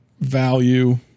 value